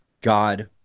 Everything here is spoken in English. God